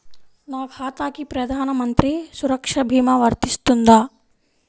నా ఖాతాకి ప్రధాన మంత్రి సురక్ష భీమా వర్తిస్తుందా?